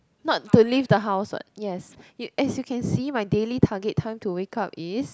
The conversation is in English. no to leave the house what yes you as you can see my daily target time to wake up is